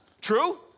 True